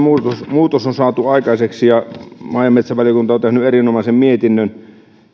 muutos on saatu aikaiseksi ja maa ja metsätalousvaliokunta on tehnyt erinomaisen mietinnön